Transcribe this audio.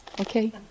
Okay